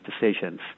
decisions